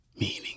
meaning